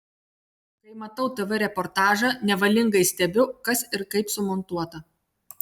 kai matau tv reportažą nevalingai stebiu kas ir kaip sumontuota